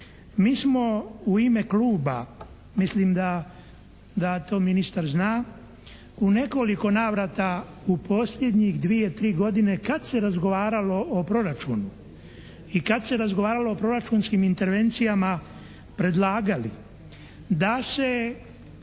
Mi smo u ime Kluba, mislim da to ministar zna u nekoliko navrata u posljednjih dvije, tri godine kad se razgovaralo o proračunu i kad se razgovaralo o proračunskim intervencijama predlagali da se